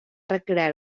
recrear